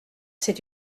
c’est